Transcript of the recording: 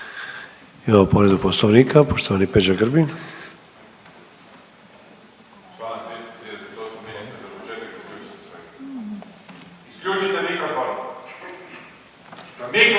Imamo povredu Poslovnika, poštovani Peđa Grbin.